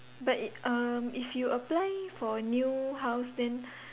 but it um if you apply for new house then